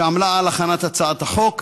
שעמלה על הכנת הצעת החוק.